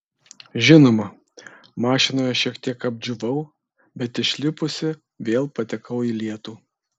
žinoma mašinoje šiek tiek apdžiūvau bet išlipusi vėl patekau į lietų